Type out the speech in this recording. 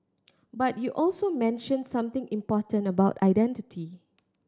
but you also mention something important about identity